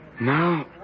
Now